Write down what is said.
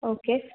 okay